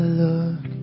look